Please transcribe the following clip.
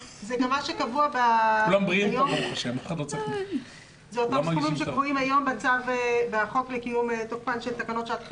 זה גם מה שקבוע היום בחוק לקיום תוקפן של תקנות שעת חירום.